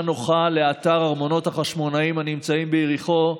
נוחה לאתר ארמונות החשמונאים הנמצאים ביריחו.